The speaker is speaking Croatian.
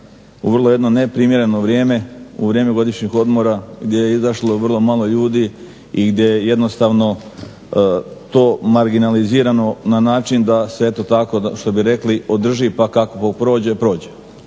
u vrlo jedno neprimjereno vrijeme, u vrijeme godišnjih odmora gdje je izašlo vrlo malo ljudi i gdje jednostavno to marginalizirano na način da se eto tako što bi rekli održi pa kako prođe, prođe.